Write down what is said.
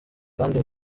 kandi